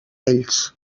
ells